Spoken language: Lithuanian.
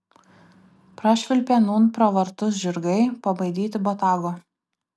prašvilpė nūn pro vartus žirgai pabaidyti botago